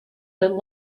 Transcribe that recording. that